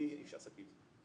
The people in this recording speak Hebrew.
אני איש עסקים.